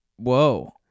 Whoa